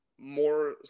More